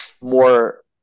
more